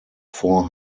four